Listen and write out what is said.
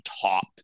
top